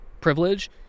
privilege